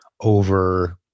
over